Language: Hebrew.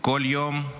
כל יום,